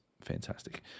fantastic